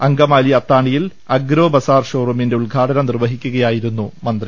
അങ്കമാലി അത്താണി യിൽ agro bazaar ഷോറൂമിന്റെ ഉദ്ഘാടനം നിർവ്വഹിക്കുകയായി രുന്നു മന്ത്രി